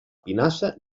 pinassa